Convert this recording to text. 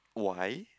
why